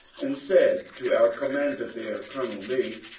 and said to our commander there. colonel lee,